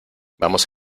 vamos